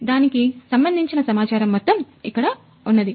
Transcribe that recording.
దానికి సంబంధించిన సమాచారం మొత్తం ఇక్కడ ఉన్నది ఉన్నది